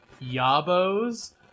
Yabos